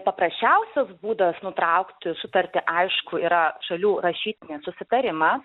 paprasčiausias būdas nutraukti sutartį aišku yra šalių rašytinį susitarimą